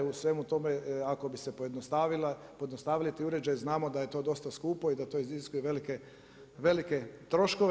U svemu tome ako bi se pojednostavili ti uređaji znamo da je to dosta skupo i da to iziskuje velike troškove.